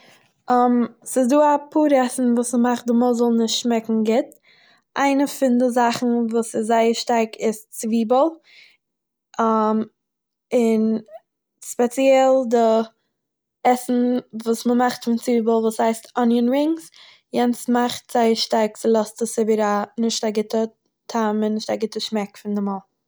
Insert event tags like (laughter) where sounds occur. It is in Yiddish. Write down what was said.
(hesitation) ס'דא אפאהר עסן וואס ס'מאכט די מויל זאל נישט שמעקן גוט, איינער פון די זאכן וואס איז זייער שטארק איז צוויבל (hesitation) און, ספעציעל די עסן וואס מ'מאכט פון צוויבל וואס הייסט אניון רינגס יענס מאכט זייער שטארק ס'לאזט עס איבער א... נישט א גוטע טעם און נישט א גוטע שמעק פון די מויל.